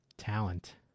talent